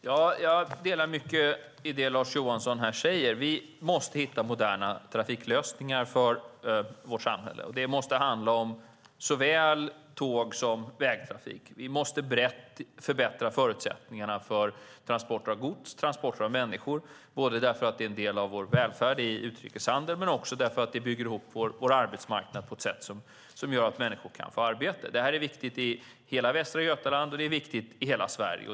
Herr talman! Jag delar mycket av det som Lars Johansson säger. Vi måste hitta moderna trafiklösningar för vårt samhälle. Det måste handla om såväl tåg som vägtrafik. Vi måste brett förbättra förutsättningarna för transporter av gods och människor, både för att det är en del av vår välfärd i och med utrikeshandeln och för att det bygger ihop vår arbetsmarknad på ett sätt som gör att människor kan få arbete. Det är viktigt i hela Västra Götaland och i hela Sverige.